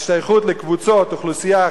השתייכות לקבוצות אוכלוסייה,